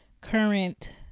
current